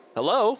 Hello